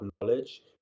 knowledge